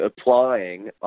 applying